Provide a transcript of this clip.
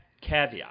Caveat